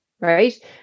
right